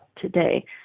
today